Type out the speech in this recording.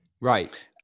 Right